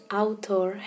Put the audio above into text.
outdoor